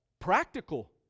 Practical